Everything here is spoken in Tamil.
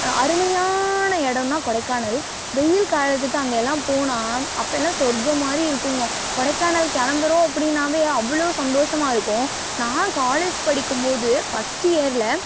அருமையான இடம்னா கொடைக்கானல் வெயில் காலத்துக்கு அங்கேயெல்லாம் போனால் அப்போல்லாம் சொர்க்கம் மாதிரி இருக்குதுங்க கொடைக்கானல் கிளம்புறோம் அப்படின்னாவே அவ்வளோ சந்தோஷமாக இருக்கும் நான் காலேஜ் படிக்கும் போது ஃபஸ்ட் இயரில்